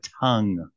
tongue